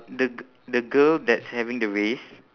the the girl that's having the race